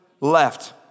left